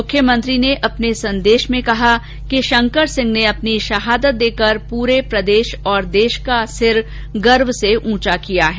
मुख्यमंत्री ने अपने संदेश में कहा कि शंकर सिंह ने अपने शहादत देकर पूरे प्रदेश और देश का सिर गर्व से ऊंचा किया है